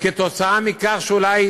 כתוצאה מכך שאולי